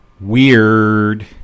Weird